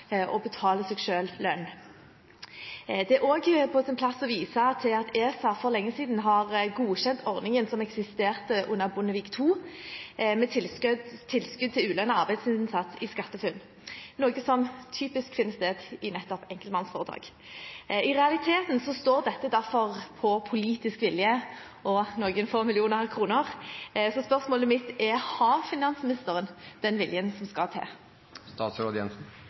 vise til at ESA for lenge siden har godkjent ordningen som eksisterte under Bondevik II, med tilskudd til ulønnet arbeidsinnsats i SkatteFUNN, noe som typisk finner sted i nettopp enkeltmannsforetak. I realiteten står dette derfor på politisk vilje – og noen få millioner kroner – så spørsmålet mitt er: Har finansministeren den viljen som skal til?